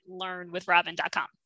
learnwithrobin.com